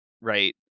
right